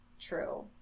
True